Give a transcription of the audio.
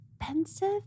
expensive